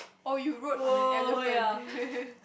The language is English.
oh you rode on an elephant